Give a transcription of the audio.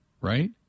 Right